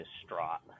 distraught